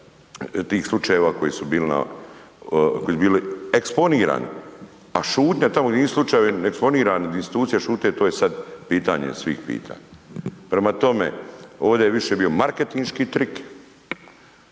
bili na, koji su bili eksponirani, a šutnja tamo gdje nisu slučajevi eksponirani, di institucije šute, to je sam pitanje svih pitanja. Prema tome, ovdje je više bio marketinški trik